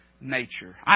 nature